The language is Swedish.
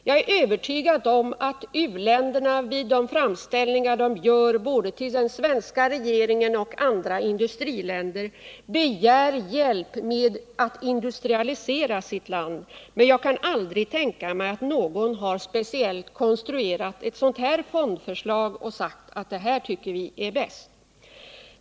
Jag är övertygad om att uländerna vid de framställningar de gör både till den svenska regeringen och till andra industriländer begär hjälp med att industrialisera sitt land, men jag kan aldrig tänka mig att något av dem har konstruerat ett förslag till en sådan fond och sagt att man tycker att det är den bästa lösningen.